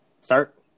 start